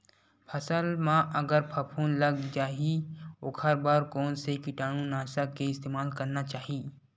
फसल म अगर फफूंद लग जा ही ओखर बर कोन से कीटानु नाशक के इस्तेमाल करना चाहि?